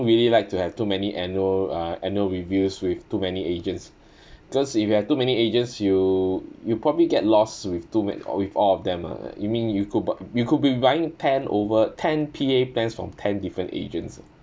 really like to have too many annual uh annual reviews with too many agents cause if you have too many agents you you probably get lost with too m~ with all of them ah you mean you could but you could be buying ten over ten P_A plans from ten different agents